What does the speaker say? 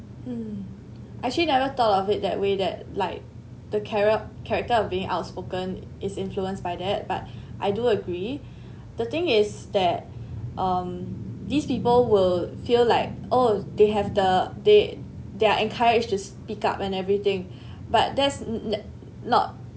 mm actually never thought of it that way that like the charac~ character of being outspoken is influenced by that but I do agree the thing is that um these people will feel like oh they have the they they're encouraged just speak up and everything but there's n~ not